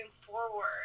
forward